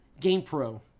GamePro